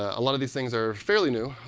a lot of these things are fairly new.